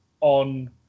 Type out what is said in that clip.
on